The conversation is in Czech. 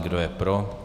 Kdo je pro?